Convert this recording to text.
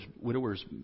widower's